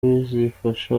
bizafasha